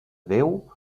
déu